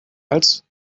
als